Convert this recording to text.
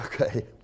Okay